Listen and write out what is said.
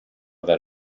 that